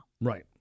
Right